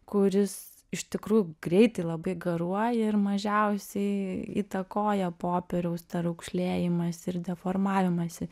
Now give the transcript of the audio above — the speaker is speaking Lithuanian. kuris iš tikrųjų greitai labai garuoja ir mažiausiai įtakoja popieriaus tą raukšlėjimąsi ir deformavimąsi